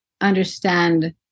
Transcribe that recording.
understand